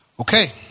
Okay